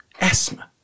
asthma